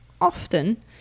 often